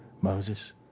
Moses